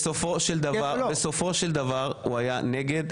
בסופו של דבר הוא היה נגד,